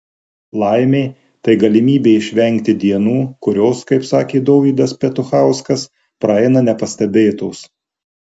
laimė tai galimybė išvengti dienų kurios kaip sakė dovydas petuchauskas praeina nepastebėtos